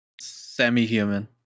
semi-human